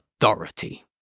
authority